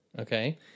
Okay